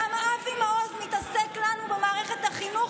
למה אבי מעוז מתעסק לנו במערכת החינוך